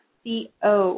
co